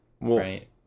right